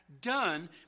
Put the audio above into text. done